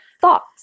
thoughts